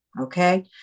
Okay